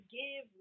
give